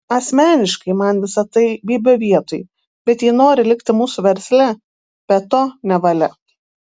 asmeniškai man visa tai bybio vietoj bet jei nori likti mūsų versle be to nevalia